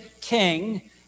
king